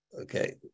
Okay